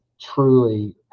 truly